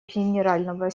генерального